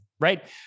Right